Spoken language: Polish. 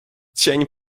cień